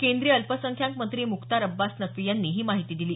केंद्रीय अल्पसंख्याकमंत्री मुख्तार अब्बास नक्की यांनी ही माहिती दिली